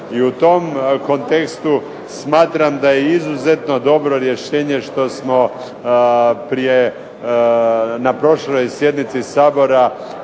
I u tom kontekstu smatram da je izuzetno dobro rješenje što smo na prošloj sjednici Sabora